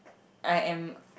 I am